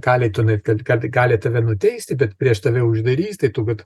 gali tenai kad kad gali tave nuteisti bet prieš tave jau uždarys tai tu vat